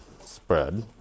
spread